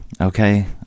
Okay